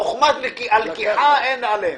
בחוכמת הלקיחה אין עליהם.